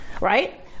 right